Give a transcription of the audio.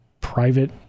private